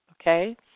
Okay